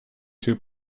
two